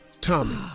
Tommy